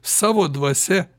savo dvasia